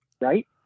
Right